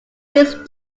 least